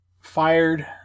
fired